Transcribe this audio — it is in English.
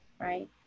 right